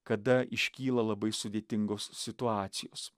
kada iškyla labai sudėtingos situacijos